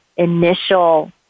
initial